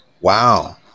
wow